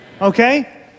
Okay